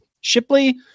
Shipley